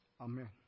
Amen